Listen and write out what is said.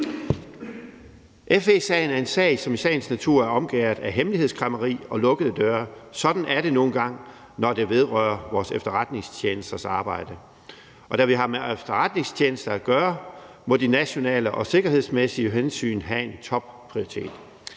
FE-sagen er en sag, som i sagens natur er omgærdet af hemmelighedskræmmeri og lukkede døre. Sådan er det nu engang, når det vedrører vores efterretningstjenesters arbejde. Og da vi har med efterretningstjenester at gøre, må de nationale og sikkerhedsmæssige hensyn have en topprioritet.